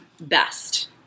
best